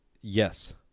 Yes